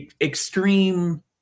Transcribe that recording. extreme